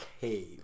cave